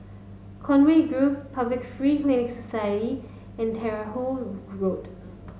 Conway Grove Public Free Clinic Society and Terahu Road